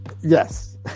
yes